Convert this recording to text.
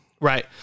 Right